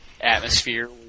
atmosphere